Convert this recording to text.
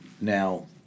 now